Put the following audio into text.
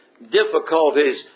difficulties